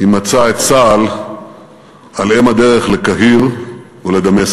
היא מצאה את צה"ל על אם הדרך לקהיר ולדמשק.